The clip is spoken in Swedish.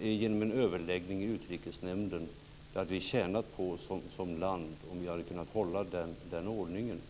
genom en överläggning i Utrikesnämnden. Sverige hade som land tjänat på den ordningen.